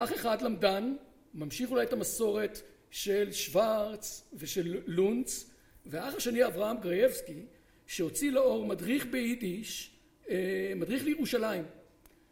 אח אחד למדן ממשיך אולי את המסורת של שוורץ ושל לונץ, ואח השני אברהם גרייבסקי שהוציא לאור מדריך ביידיש מדריך לירושלים